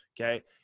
okay